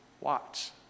watch